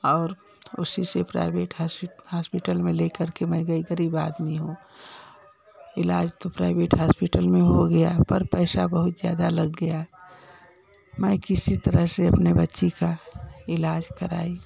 और उसी से प्राइवेट हास्पिट हास्पिटल में लेकर के मैं गई गरीब आदमी हूँ इलाज़ तो प्राइवेट हास्पिटल में हो गया पर पैसा बहुत ज़्यादा लग गया मैं किसी तरह से अपनी बच्ची का इलाज़ कराई